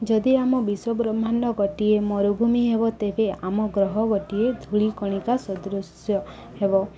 ଯଦି ଆମ ବିଶ୍ୱବ୍ରହ୍ମାଣ୍ଡ ଗୋଟିଏ ମରୁଭୂମି ହେବ ତେବେ ଆମ ଗ୍ରହ ଗୋଟିଏ ଧୂଳି କଣିକା ସଦୃଶ୍ୟ ହେବ